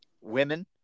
Women